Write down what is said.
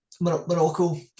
Morocco